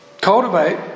Cultivate